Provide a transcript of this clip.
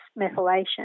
methylation